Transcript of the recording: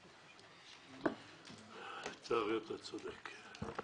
לצערי, אתה צודק.